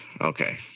Okay